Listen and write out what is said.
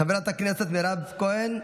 חברת הכנסת מירב כהן,